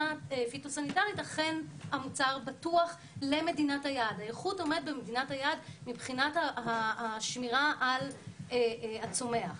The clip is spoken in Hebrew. פיטוסניטרית אכן המוצר בטוח למדינת היעד מבחינת השמירה על הצומח.